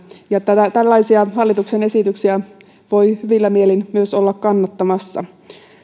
ja tällaisia hallituksen esityksiä voi hyvillä mielin myös olla kannattamassa